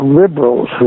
liberals